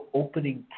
opening